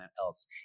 else